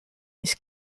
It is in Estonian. mis